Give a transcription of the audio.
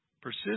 persist